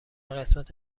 قسمت